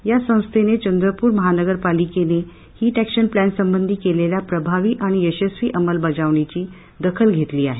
या संस्थेने चंद्रपूर महानगरपालिकेने हिट अक्शन प्लानं संबंधित केलेल्या प्रभावी आणि यशस्वी अंमलबजावणीची दखल घेतली आहे